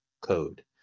code